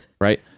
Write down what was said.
Right